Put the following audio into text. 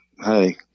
hey